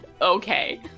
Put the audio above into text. Okay